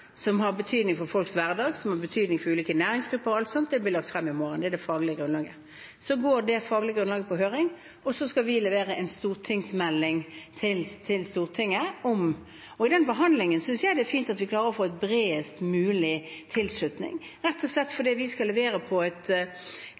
som har betydning for folks hverdag, som har betydning for ulike næringsgrupper, og alt slikt. Den blir lagt frem i morgen. Det er det faglige grunnlaget. Så går det faglige grunnlaget ut på høring, og så skal vi levere en stortingsmelding til Stortinget. Den behandlingen synes jeg det er fint at vi klarer å få en bredest mulig tilslutning til, rett og slett